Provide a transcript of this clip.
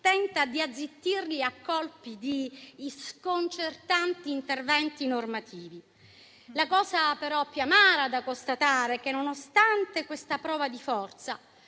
tenta di azzittirli a colpi di sconcertanti interventi normativi. La cosa però più amara da constatare è che, nonostante questa prova di forza,